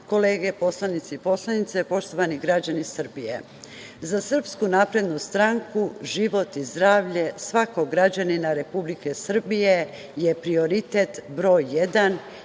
kolege poslanici i poslanice, poštovani građani Srbije, za SNS život i zdravlje svakog građanina Republike Srbije je prioritet broj jedan